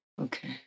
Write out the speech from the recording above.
Okay